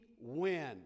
win